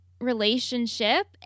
relationship